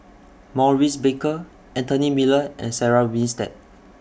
Maurice Baker Anthony Miller and Sarah Winstedt